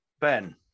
Ben